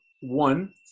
one